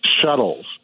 shuttles